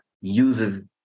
uses